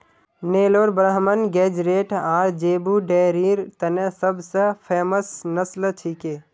नेलोर ब्राह्मण गेज़रैट आर ज़ेबू डेयरीर तने सब स फेमस नस्ल छिके